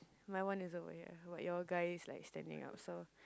my one is aware but you're guys like standing up so